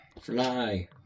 Fly